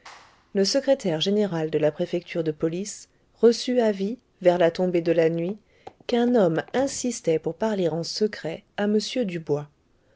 le secrétaire général de la préfecture de police reçut avis vers la tombée de la nuit qu'un homme insistait pour parler en secret à m dubois